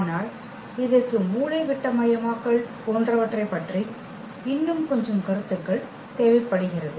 ஆனால் இதற்கு மூலைவிட்டமயமாக்கல் போன்றவற்றைப் பற்றி இன்னும் கொஞ்சம் கருத்துக்கள் தேவைப்படுகிறது